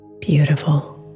beautiful